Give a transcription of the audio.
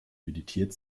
meditiert